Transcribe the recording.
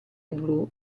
blu